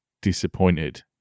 disappointed